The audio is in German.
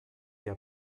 der